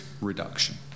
reduction